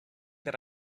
that